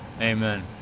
Amen